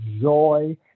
joy